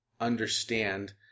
understand